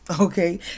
Okay